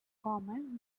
common